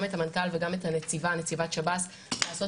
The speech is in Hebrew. גם את המנכ"ל וגם את נציבת שב"ס לעשות